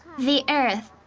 the earth.